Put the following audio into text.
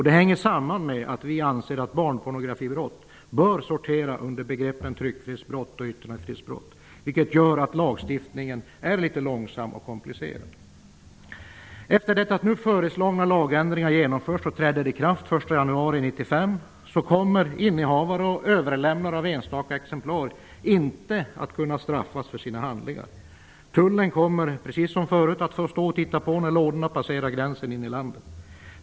Det hänger samman med att vi anser att barnpornografibrott bör sortera under begreppen tryckfrihetsbrott och yttrandefrihetsbrott, vilket gör lagstiftningen litet långsam och komplicerad. Efter det att nu föreslagna lagändringar genomförts och trätt i kraft den 1 januari 1995 kommer innehavare och överlämnare av enstaka exemplar inte att kunna straffas för sina handlingar. Tullen kommer, precis som förut, att få stå och titta på när lådorna passerar gränsen in i landet.